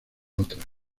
otras